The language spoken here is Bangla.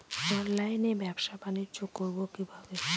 অনলাইনে ব্যবসা বানিজ্য করব কিভাবে?